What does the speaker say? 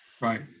Right